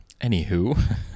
anywho